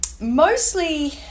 mostly